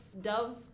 dove